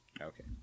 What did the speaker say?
Okay